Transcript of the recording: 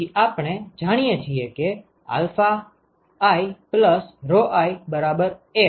તેથી આપણે જાણીએ છીએ કે ii1 બરાબર